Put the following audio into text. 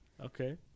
Okay